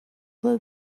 live